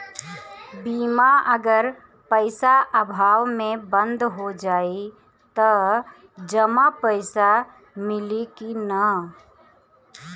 बीमा अगर पइसा अभाव में बंद हो जाई त जमा पइसा मिली कि न?